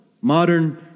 modern